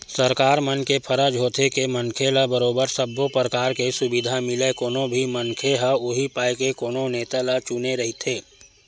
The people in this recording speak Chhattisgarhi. सरकार मन के फरज होथे के मनखे ल बरोबर सब्बो परकार के सुबिधा मिलय कोनो भी मनखे ह उहीं पाय के कोनो नेता ल चुने रहिथे